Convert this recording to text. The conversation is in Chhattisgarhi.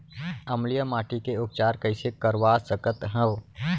अम्लीय माटी के उपचार कइसे करवा सकत हव?